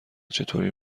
چطوری